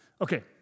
Okay